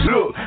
Look